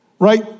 Right